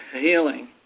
healing